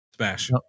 Smash